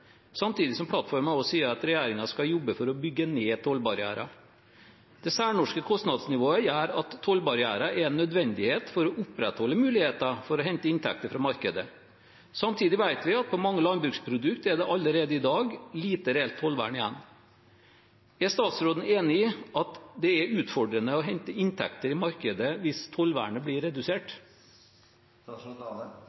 samtidig som plattformen også sier at regjeringen skal jobbe for å bygge ned tollbarrierer. Det særnorske kostnadsnivået gjør at tollbarrierer er en nødvendighet for å opprettholde muligheter for å hente inntekter fra markedet. Samtidig vet vi at det på mange landbruksprodukter allerede i dag er lite reelt tollvern igjen. Er statsråden enig i at det er utfordrende å hente inntekter i markedet hvis tollvernet blir redusert?